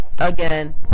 Again